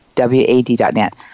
wad.net